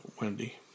Wendy